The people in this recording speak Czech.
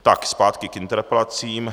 Tak, zpátky k interpelacím.